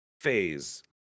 phase